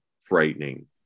frightening